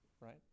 right